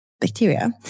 bacteria